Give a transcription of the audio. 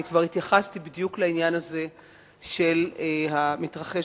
אני כבר התייחסתי בדיוק לעניין הזה של המתרחש